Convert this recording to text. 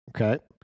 okay